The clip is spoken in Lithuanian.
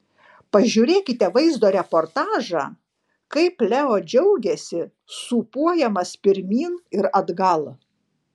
pažiūrėkite vaizdo reportažą kaip leo džiaugiasi sūpuojamas pirmyn ir atgal